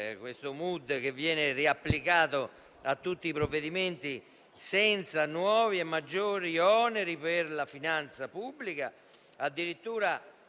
questo *mood* che viene applicato a tutti i provvedimenti, «senza nuovi o maggiori oneri per la finanza pubblica»; addirittura